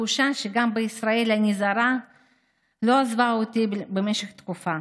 התחושה שגם בישראל אני זרה לא עזבה אותי במשך תקופה.